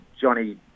Johnny